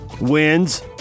Wins